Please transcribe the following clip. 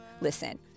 Listen